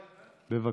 בבקשה.